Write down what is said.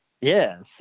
yes